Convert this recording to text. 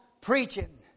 preaching